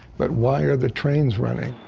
but why are the trains running?